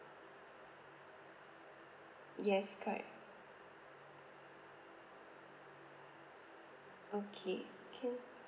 yes correct okay can